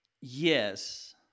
yes